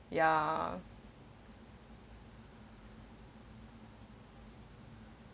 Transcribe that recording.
ya